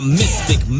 mystic